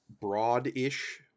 broad-ish